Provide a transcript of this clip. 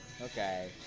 Okay